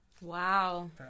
Wow